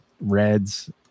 reds